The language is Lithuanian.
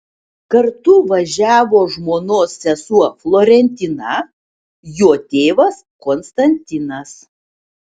kartu važiavo žmonos sesuo florentina jo tėvas konstantinas